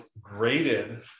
graded